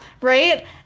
right